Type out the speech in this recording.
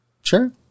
Sure